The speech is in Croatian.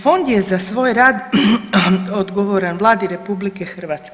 Fond je za svoje rad odgovoran Vladi RH.